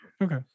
okay